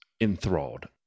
enthralled